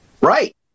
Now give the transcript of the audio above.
Right